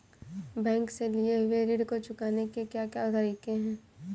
Bank से लिए हुए ऋण को चुकाने के क्या क्या तरीके हैं?